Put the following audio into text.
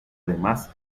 además